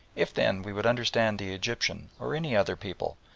if, then, we would understand the egyptian or any other people,